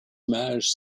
images